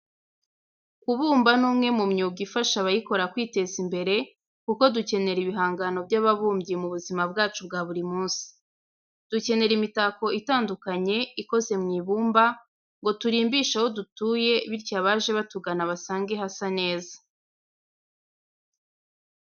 Kubumba ni umwe mu myuga ifasha abayikora kwiteza imbere kuko dukenera ibihangano by'ababumbyi mu buzima bwacu bwa buri munsi. Dukenera imitako itandukanye, ikoze mu ibumba ngo turimbishe aho dutuye bityo abaje batugana basange hasa neza.